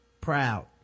Proud